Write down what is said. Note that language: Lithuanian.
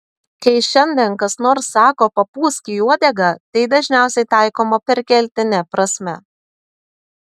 kai šiandien kas nors sako papūsk į uodegą tai dažniausiai taikoma perkeltine prasme